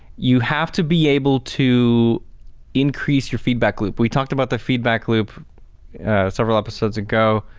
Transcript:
you have to be able to increase your feedback loop. we talked about the feedback loop several episodes ago,